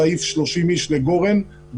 ה-29 ביוני 2020,